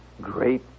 great